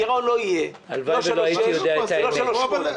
הגירעון לא יהיה לא 3.7 ולא 3.8. הלוואי ולא הייתי יודע את האמת.